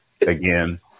again